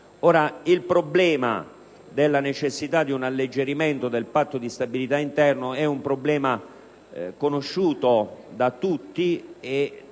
Il problema della necessità di un alleggerimento del Patto di stabilità interno è conosciuto da tutti e la